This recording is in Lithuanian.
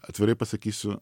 atvirai pasakysiu